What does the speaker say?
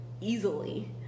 easily